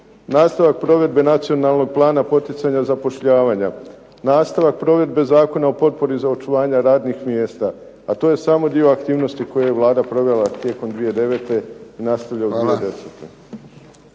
Nastavak provedbe nacionalnog plana poticanja zapošljavanja. Nastavak provedbe Zakona o potpori za očuvanje radnih mjesta, a to je samo dio aktivnosti koje je Vlada provela tijekom 2009. i nastavlja u 2010.